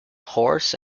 horse